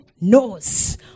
knows